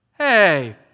Hey